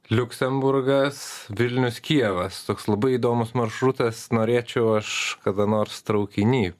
liuksemburgas vilnius kijevas toks labai įdomus maršrutas norėčiau aš kada nors traukiny